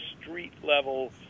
street-level